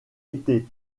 été